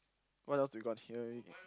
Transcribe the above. what else do you got